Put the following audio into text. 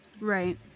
Right